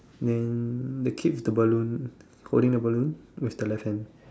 then the kid with the balloon holding the balloon with the left hand